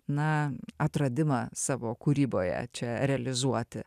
na atradimą savo kūryboje čia realizuoti